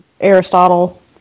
Aristotle